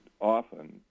often